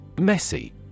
Messy